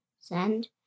send